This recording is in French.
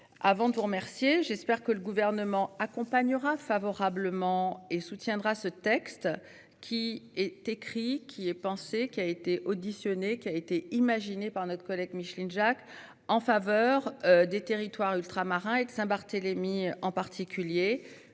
Avant tout remercier. J'espère que le gouvernement accompagnera favorablement et soutiendra ce texte qui est écrit qui ait pensé qu'il a été auditionné qui a été imaginé par notre collègue Micheline Jacques en faveur des territoires ultramarins et de Saint-Barthélemy, en particulier,